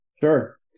Sure